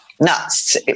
nuts